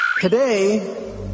Today